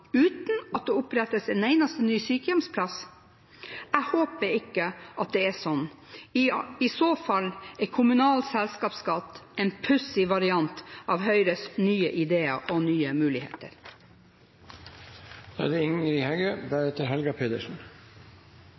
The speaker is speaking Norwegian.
uten at det opprettes en eneste ny sykehjemsplass? Jeg håper det ikke er sånn. I så fall er kommunal selskapsskatt en pussig variant av Høyres nye ideer og nye muligheter. Velferda til folk flest er det